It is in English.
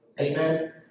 Amen